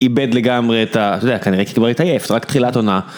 איבד לגמרי את ה... אתה יודע, כנראה קיבלת עייף, זה רק תחילת עונה.